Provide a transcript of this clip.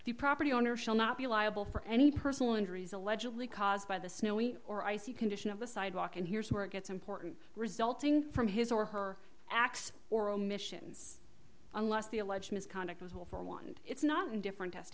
the property owner shall not be liable for any personal injuries allegedly caused by the snowy or icy condition of the sidewalk and here's where it gets important resulting from his or her acts or omissions unless the alleged misconduct will form one and it's not an different test